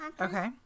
Okay